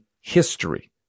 history